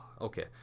Okay